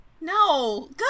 No